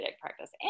practice